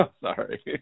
Sorry